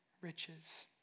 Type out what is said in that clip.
riches